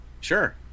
sure